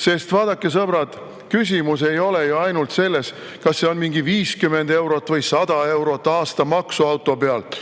Sest vaadake, sõbrad, küsimus ei ole ju ainult selles, kas tuleb maksta mingi 50 eurot või 100 eurot aastamaksu auto pealt.